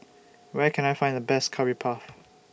Where Can I Find The Best Curry Puff